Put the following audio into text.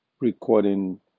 recording